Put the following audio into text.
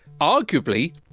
arguably